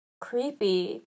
creepy